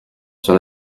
sur